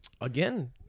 Again